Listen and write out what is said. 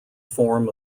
form